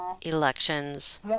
elections